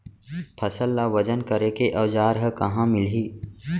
फसल ला वजन करे के औज़ार हा कहाँ मिलही?